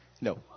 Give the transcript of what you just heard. No